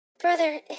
brother